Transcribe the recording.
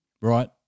Right